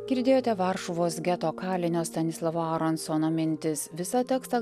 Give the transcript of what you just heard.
girdėjote varšuvos geto kalinio stanislovo aronsono mintis visą tekstą